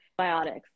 Biotics